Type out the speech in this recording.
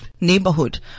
neighborhood